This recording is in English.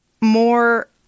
more